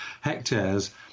hectares